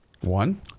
One